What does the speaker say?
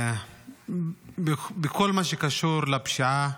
בכל מה שקשור לפשיעה